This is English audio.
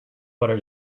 butter